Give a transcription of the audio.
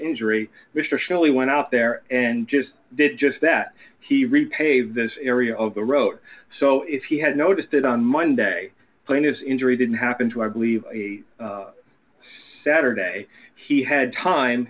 shelley went out there and just did just that he repay this area of the road so if he had noticed it on monday plaintiff's injury didn't happen to i believe a saturday he had time